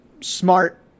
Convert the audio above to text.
smart